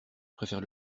préfères